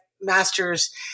master's